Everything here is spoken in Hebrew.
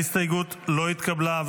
ההסתייגות לא התקבלה.